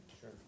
Sure